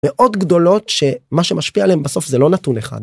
מאוד גדולות שמה שמשפיע עליהן בסוף זה לא נתון אחד.